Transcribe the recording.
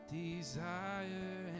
desire